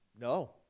no